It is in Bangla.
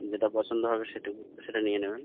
যেটা পছন্দ হবে সেটাই সেটাই নিয়ে নেবেন